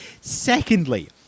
Secondly